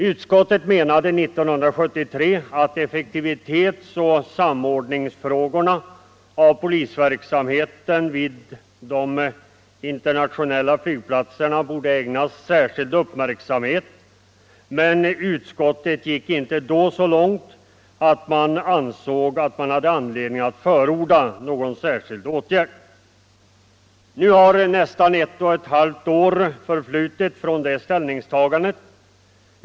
Utskottet menade 1973 att effektivitetsoch samordningsfrågorna när det gällde polisverksamheten vid de internationella flygplatserna borde ägnas särskild uppmärksamhet. Men utskottet gick inte då så långt att man ansåg att det fanns anledning att förorda någon särskild åtgärd. Nu har nästan ett och ett halvt år förflutit sedan det ställningstagandet gjordes.